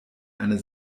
einer